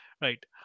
Right